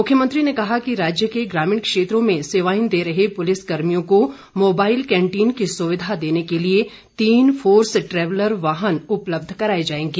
मुख्यमंत्री ने कहा कि राज्य के ग्रामीण क्षेत्रों में सेवाएं दे रहे पुलिस कर्मियों को मोबाईल कैन्टीन की सुविधा देने के लिए तीन फोर्स ट्रैवलर वाहन उपलब्ध कराए जाएंगे